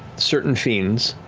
certain fiends,